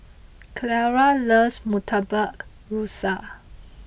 Ciara loves Murtabak Rusa